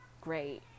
great